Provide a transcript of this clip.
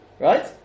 Right